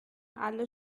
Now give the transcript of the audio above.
alle